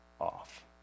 off